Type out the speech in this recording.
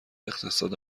اقتصاد